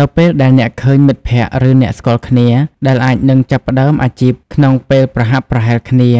នៅពេលដែលអ្នកឃើញ មិត្តភ័ក្តិ ឬអ្នកស្គាល់គ្នា ដែលអាចនឹងចាប់ផ្ដើមអាជីពក្នុងពេលប្រហាក់ប្រហែលគ្នា